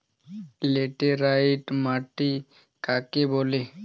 Laterite মাটি কাকে বলে?